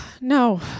No